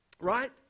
right